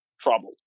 trouble